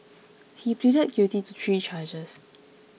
he pleaded guilty to three charges